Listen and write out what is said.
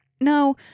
No